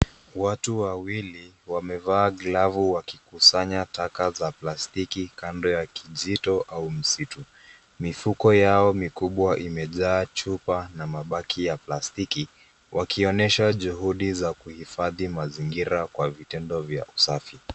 Watu wawili wame vaa glavu waki kusanya taka za plastiki kando ya kijito au msitu. Mifuko yao mikubwa imejaa chupa na mabaki ya plastiki wakionyesha juhudi za kuhifadhi mazingira kwa vitendo vya usafi.